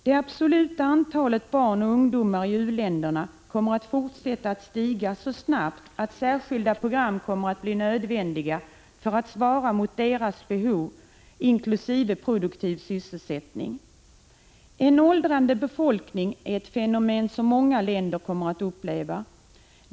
Det absoluta antalet barn och ungdomar i u-länderna kommer att fortsätta att stiga så snabbt att särskilda program kommer att bli nödvändiga för att svara mot 99 Prot. 1985/86:117 deras behov inkl. produktiv sysselsättning. En åldrande befolkning är ett fenomen som många länder kommer att uppleva.